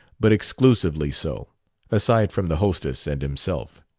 but exclusively so aside from the hostess and himself.